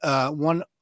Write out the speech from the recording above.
one